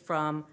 from